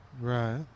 Right